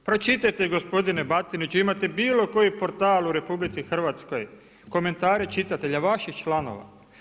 Pročitajte gospodine Batiniću, imate bilo koji portal u RH, komentare čitatelja, vaših članova.